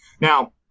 Now